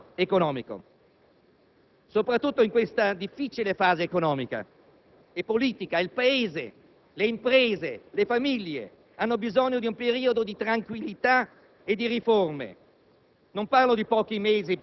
seguendo l'appello del Capo dello Stato, facciano un passo indietro nell'interesse generale del Paese e trovino una soluzione anche attraverso la nascita di un Governo di solidarietà nazionale,